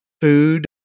food